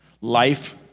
life